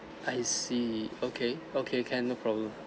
I see okay okay can no problem